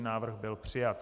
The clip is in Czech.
Návrh byl přijat.